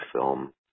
film